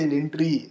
entry